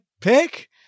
pick